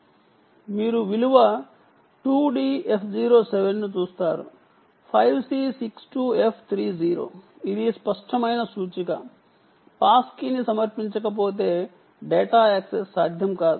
మీరు 2D F0 7 5 C 6 2 F 3 0 విలువను చూస్తారు ఇది స్పష్టమైన సూచిక పాస్ కీని సమర్పించకపోతే డేటా యాక్సెస్ సాధ్యం కాదు